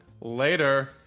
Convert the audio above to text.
Later